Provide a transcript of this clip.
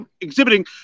exhibiting